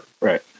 right